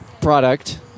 product